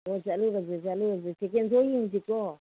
ꯍꯣꯏ ꯆꯠꯂꯨꯔꯁꯤ ꯆꯠꯂꯨꯔꯁꯤ ꯁꯦꯀꯦꯟ ꯁꯣ ꯌꯦꯡꯁꯤꯀꯣ